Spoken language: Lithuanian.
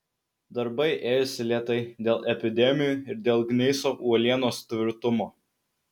darbai ėjosi lėtai dėl epidemijų ir dėl gneiso uolienos tvirtumo